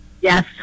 yes